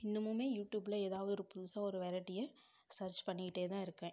இன்னமுமே யூடியூப்ல எதா ஒரு புதுசாக ஒரு வெரைட்டியை சர்ச் பண்ணிக்கிட்டே தான் இருக்கேன்